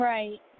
Right